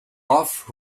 off